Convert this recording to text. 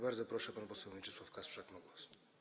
Bardzo proszę, pan poseł Mieczysław Kasprzak ma głos.